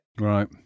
Right